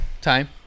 Time